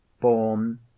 born